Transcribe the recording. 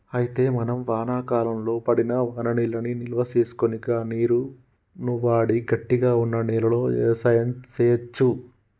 అయితే మనం వానాకాలంలో పడిన వాననీళ్లను నిల్వసేసుకొని గా నీరును వాడి గట్టిగా వున్న నేలలో యవసాయం సేయచ్చు